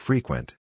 Frequent